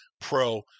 pro